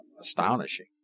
astonishing